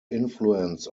influence